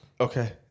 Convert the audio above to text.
Okay